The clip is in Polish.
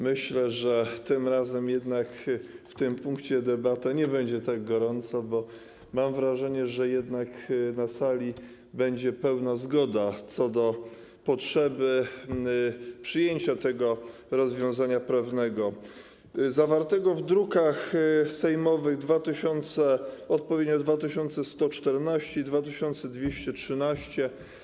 Myślę, że jednak w tym punkcie debata nie będzie tak gorąca, bo mam wrażenie, że na sali będzie pełna zgoda co do potrzeby przyjęcia tego rozwiązania prawnego zawartego w drukach sejmowych odpowiednio nr 2114 i 2213.